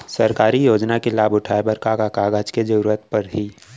सरकारी योजना के लाभ उठाए बर का का कागज के जरूरत परही